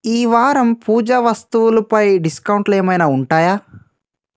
ఈవారం పూజ వస్తువులుపై డిస్కౌంట్లు ఏమైనా ఉంటాయా